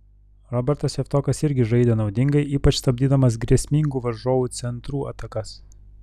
robertas javtokas irgi žaidė naudingai ypač stabdydamas grėsmingų varžovų centrų atakas